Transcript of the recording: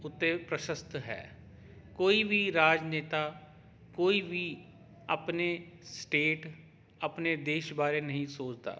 ਉੱਤੇ ਪ੍ਰਸਸਤ ਹੈ ਕੋਈ ਵੀ ਰਾਜਨੇਤਾ ਕੋਈ ਵੀ ਆਪਣੇ ਸਟੇਟ ਆਪਣੇ ਦੇਸ਼ ਬਾਰੇ ਨਹੀਂ ਸੋਚਦਾ